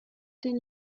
den